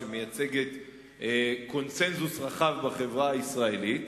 שמייצגת קונסנזוס רחב בחברה הישראלית.